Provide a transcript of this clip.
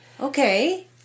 Okay